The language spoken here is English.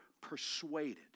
persuaded